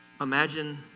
imagine